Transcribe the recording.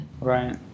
Right